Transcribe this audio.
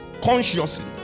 consciously